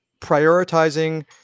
prioritizing